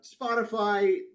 Spotify